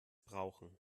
brauchen